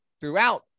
throughout